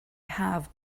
have